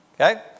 okay